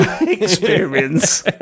experience